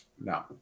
no